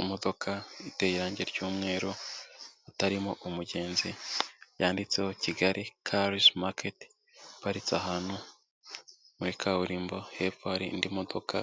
Imodoka iteye irangi ry'umweru, itarimo umugenzi yanditseho kigali carisi maketi. Iparitse ahantu muri kaburimbo hepfo hari indi modoka